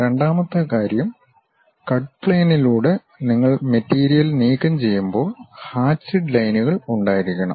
രണ്ടാമത്തെ കാര്യം കട്ട് പ്ലെയിനിലൂടെ നിങ്ങൾ മെറ്റീരിയൽ നീക്കംചെയ്യുമ്പോൾ ഹാചിഡ് ലൈനുകൾ ഉണ്ടായിരിക്കണം